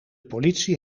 politie